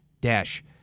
dash